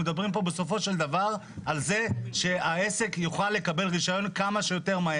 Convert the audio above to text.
מדברים פה בסופו של דבר על זה שהעסק יוכל לקבל רישיון כמה שיותר מהר.